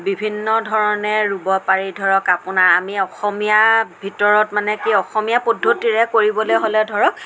বিভিন্ন ধৰণে ৰুব পাৰি ধৰক আপোনাৰ আমি অসমীয়া ভিতৰত মানে কি অসমীয়া পদ্ধতিৰে কৰিবলৈ হ'লে ধৰক